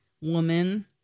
woman